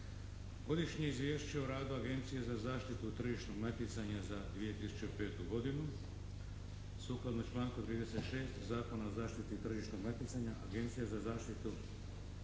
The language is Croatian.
Godišnje izvješće o radu Agencije za zaštitu tržišnog natjecanja za 2005. godinu Sukladno članku 36. Zakona o zaštiti tržišnog natjecanja, Agencija za zaštitu